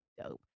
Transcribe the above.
dope